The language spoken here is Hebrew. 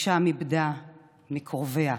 ושם איבדה מקרוביה.